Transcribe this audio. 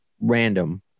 random